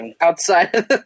outside